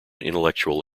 intellectual